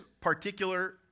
particular